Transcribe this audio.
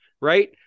right